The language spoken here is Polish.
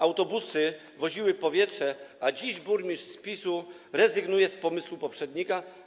Autobusy woziły powietrze, a dziś burmistrz z PiS-u rezygnuje z pomysłu poprzednika.